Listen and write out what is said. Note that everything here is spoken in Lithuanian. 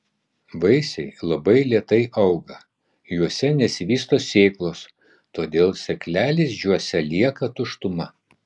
vaisiai labai lėtai auga juose nesivysto sėklos todėl sėklalizdžiuose lieka tuštuma